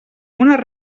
unes